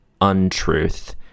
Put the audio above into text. untruth